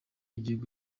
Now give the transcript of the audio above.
igihugu